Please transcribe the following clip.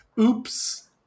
Oops